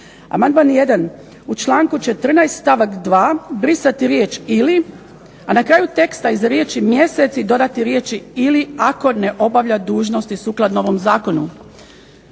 Amandman 1. u članku 14. stavak 2. brisati riječ „ili“, a na kraju teksta iza riječi „mjesec“ i dodati riječi „ili ako ne obavlja dužnosti sukladno ovom zakonu“.